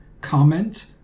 comment